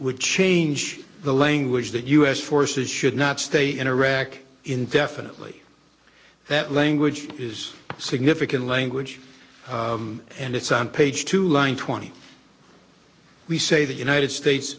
would change the language that u s forces should not stay in iraq indefinitely that language is significant language and it's on page two line twenty we say the united states